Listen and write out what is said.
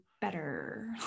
better